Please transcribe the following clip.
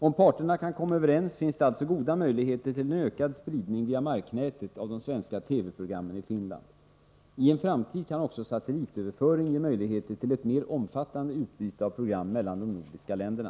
Om parterna kan komma överens, finns det alltså goda möjligheter till ökad spridning via marknätet av de svenska TV programmen i Finland. I en framtid kan också satellitöverföring ge möjligheter till ett mer omfattande utbyte av program mellan de nordiska länderna.